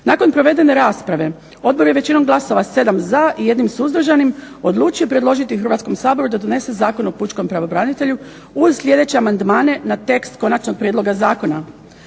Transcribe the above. Nakon provedene rasprave Odbor je većinom glasova, 7 za i 1 suzdržanim odlučio predložiti Hrvatskom saboru da donese Zakon o pučkom pravobranitelju uz sljedeće amandmane na tekst Konačnog prijedloga zakona.